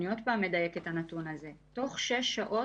אני עוד פעם אדייק את הנתון הזה: תוך שש שעות